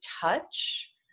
touch